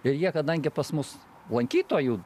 ir jie kadangi pas mus lankytojų